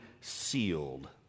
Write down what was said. sealed